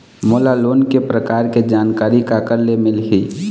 मोला लोन के प्रकार के जानकारी काकर ले मिल ही?